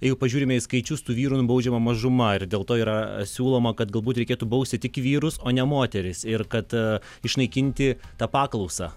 jeigu pažiūrime į skaičius tų vyrų nubaudžiama mažuma ir dėl to yra siūloma kad galbūt reikėtų bausti tik vyrus o ne moteris ir kad išnaikinti tą paklausą